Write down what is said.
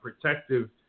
protective